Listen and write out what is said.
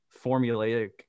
formulaic